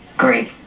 Great